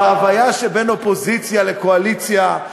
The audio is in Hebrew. בהוויה שבין אופוזיציה לקואליציה,